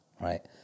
right